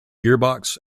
gearbox